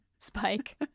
Spike